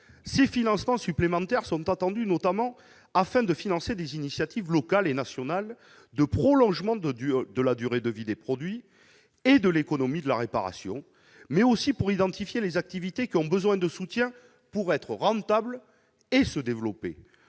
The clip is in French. Ces financements supplémentaires sont attendus pour, notamment, financer des initiatives locales et nationales de prolongement de la durée de vie des produits et de l'économie de la réparation, mais aussi pour identifier les activités qui ont besoin de soutien pour être rentables et pour se développer.